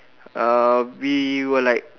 uh we were like